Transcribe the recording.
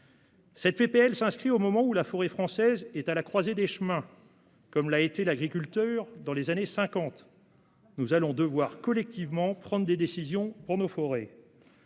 de loi intervient à un moment où la forêt française est à la croisée des chemins, comme l'a été l'agriculture dans les années 1950. Nous allons devoir collectivement prendre des décisions. Dans les